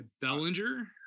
bellinger